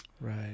Right